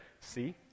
See